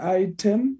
item